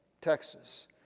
Texas